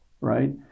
Right